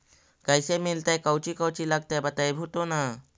कैसे मिलतय कौची कौची लगतय बतैबहू तो न?